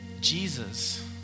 Jesus